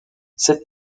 cette